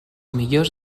millors